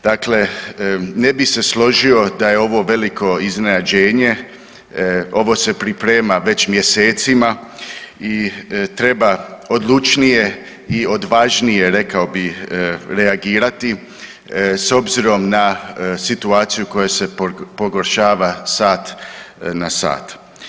Dakle ne bih se složio da je ovo veliko iznenađenje, ovo se priprema već mjesecima i treba odlučnije i odvažnije, rekao bih, reagirati, s obzirom na situaciju koja se pogoršava sat na sat.